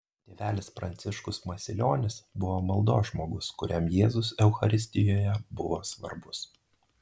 tėvelis pranciškus masilionis buvo maldos žmogus kuriam jėzus eucharistijoje buvo svarbus